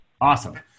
Awesome